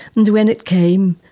and when it came,